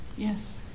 Yes